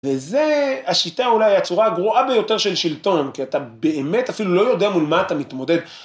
וזה השיטה אולי, הצורה הגרועה ביותר של שלטון, כי אתה באמת אפילו לא יודע מול מה אתה מתמודד.